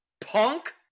Punk